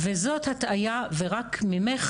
וזאת הטעיה ורק ממך,